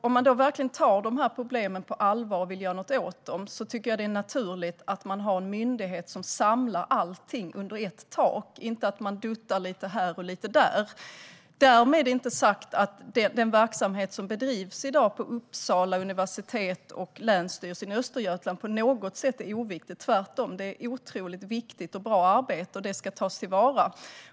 Om man då verkligen tar de problemen på allvar och vill göra någonting åt dem tycker jag att det är naturligt att man har en myndighet som samlar allting under ett tak, inte att man duttar lite här och lite där. Därmed inte sagt att den verksamhet som bedrivs i dag av Uppsala universitet och Länsstyrelsen Östergötland på något sätt är oviktig. Tvärtom är det ett otroligt viktigt och bra arbete, och det ska tas till vara.